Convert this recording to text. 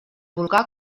volcà